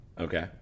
Okay